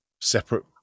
separate